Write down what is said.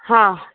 हा